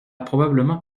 probablement